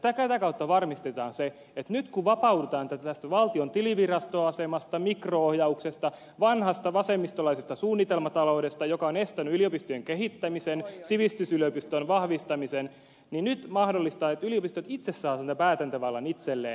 tätä kautta varmistetaan se että nyt kun vapaudutaan tästä valtion tilivirastoasemasta mikro ohjauksesta vanhasta vasemmistolaisesta suunnitelmataloudesta joka on estänyt yliopistojen kehittämisen sivistysyliopiston vahvistamisen yliopistot itse saavat sen päätäntävallan itselleen